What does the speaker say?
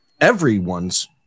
everyone's